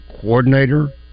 coordinator